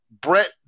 Brett